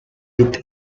with